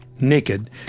Naked